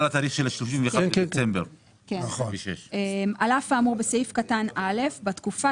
התאריך של ה-31 בדצמבר 26'. על אף האמור בסעיף קטן (א) בתקופה